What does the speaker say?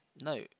no